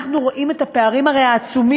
אנחנו רואים את הפערים העצומים,